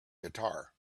guitar